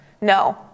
No